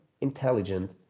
intelligent